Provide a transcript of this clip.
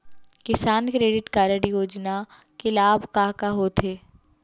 किसान credit card योजना के लाभ का का होथे?